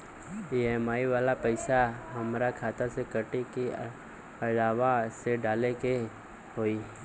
EMI वाला पैसा हाम्रा खाता से कटी की अलावा से डाले के होई?